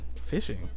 Fishing